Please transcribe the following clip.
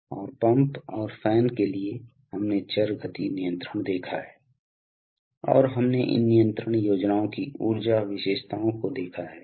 हमने देखा है कि वे कैसे काम करते हैं और हमने विभिन्न प्रकार के कुछ न्यूमेटिक्स नियंत्रण वाल्वों पर ध्यान दिया है और हमने सहायक उपकरण जैसे कि लुब्रिकेटर्स और फिल्टर के बारे में भी बात की है